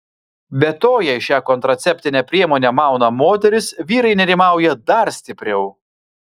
be to jei šią kontraceptinę priemonę mauna moteris vyrai nerimauja dar stipriau